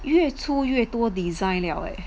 越出越多 design liao eh